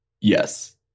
yes